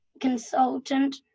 consultant